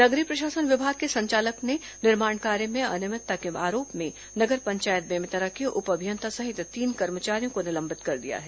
नगरीय प्रशासन विभाग के संचालक ने निर्माण कार्य में अनियमितता के आरोप में नगर पंचायत बेमेतरा के उप अभियंता सहित तीन कर्मचारियों को निलंबित कर दिया है